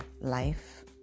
life